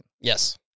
Yes